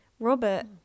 Robert